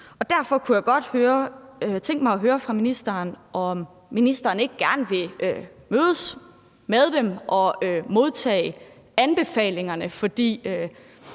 Derfor kunne jeg godt tænke mig at høre fra ministeren, om ministeren ikke gerne vil mødes med dem og modtage anbefalingerne. For